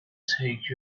take